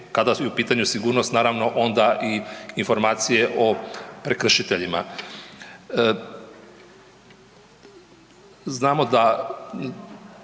kada je u pitanju sigurno onda i informacije o prekršiteljima. Znamo da